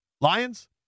Lions